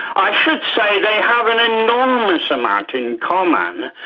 i should say they have an enormous amount in common,